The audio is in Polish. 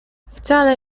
wcale